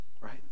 right